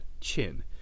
chin